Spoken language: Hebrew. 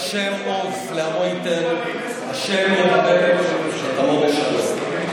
ה' עוז לעמו ייתן, ה' יברך את עמו בשלום.